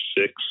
six